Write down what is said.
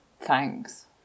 Thanks